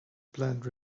plant